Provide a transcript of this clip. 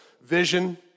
vision